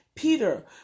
Peter